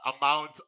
amount